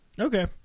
Okay